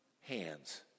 hands